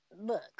Look